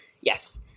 yes